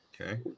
Okay